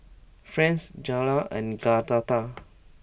Frances Jayla and Agatha